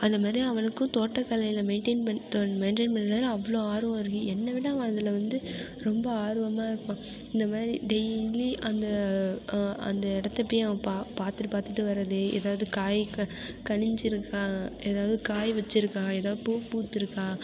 அந்த மாதிரி அவனுக்கு தோட்டக்கலையில் மெயின்டெயின் பண் மெயின்டெயின் பண்றதில் அவ்வளோ ஆர்வம் இருக்குது என்னை விட அவன் அதில் வந்து ரொம்ப ஆர்வமாக இருப்பான் இந்த மாதிரி டெய்லி அந்த அந்த இடத்தை போய் அவன் பா பார்த்துட்டு பார்த்துட்டு வர்றது ஏதாவது காய் கனிஞ்சுருக்கா ஏதாவது காய் வச்சுருக்கா ஏதாவது பூ பூத்திருக்கா